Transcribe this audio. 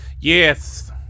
Yes